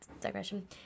digression